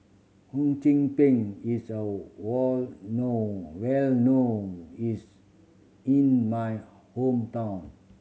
Hum Chim Peng is a were known well known is in my hometown